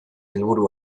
helburu